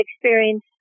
experience